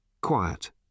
Quiet